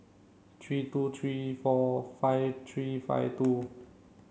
three two three four five three five two